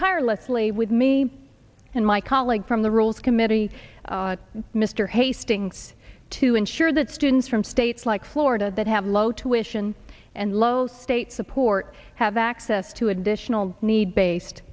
tirelessly with me and my colleague from the rules committee mr hastings to ensure that students from states like florida that have low tuitions and low state support have access to additional need based